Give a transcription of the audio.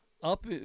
Up